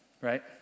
right